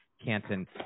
Canton